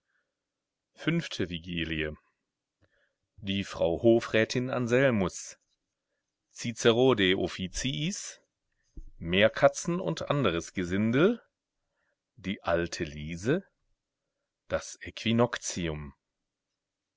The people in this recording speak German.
fünfte vigilie die frau hofrätin anselmus cicero de officiis meerkatzen und anderes gesindel die alte liese das